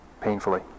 painfully